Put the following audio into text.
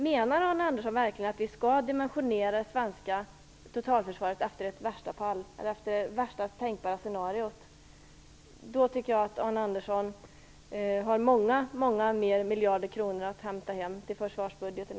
Menar Arne Andersson verkligen att vi skall dimensionera det svenska totalförsvaret efter det värsta tänkbara scenariot? I så fall tror jag att Arne Andersson har många fler miljarder att hämta hem till försvarsbudgeten.